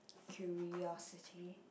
curiosity